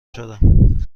شدم